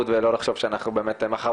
בכל הקשר כמעט שאנחנו מתעסקים בו.